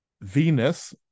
Venus